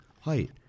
height